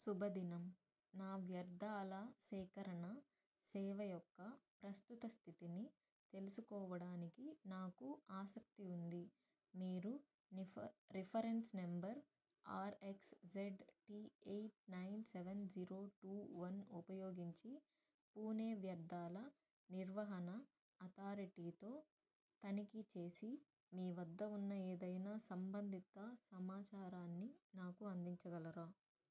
శుభదినం నా వ్యర్థాల సేకరణ సేవ యొక్క ప్రస్తుత స్థితిని తెలుసుకోవడానికి నాకు ఆసక్తి ఉంది మీరు నిఫ reference number RXZT eight nine seven zero two one ఉపయోగించి పూణే వ్యర్థాల నిర్వహణ అథారిటీతో తనిఖీ చేసి మీ వద్ద ఉన్న ఏదైనా సంబంధిత సమాచారాన్ని నాకు అందించగలరా